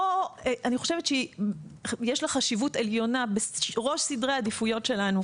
יש לה חשיבות עליונה בראש סדרי העדיפויות שלנו,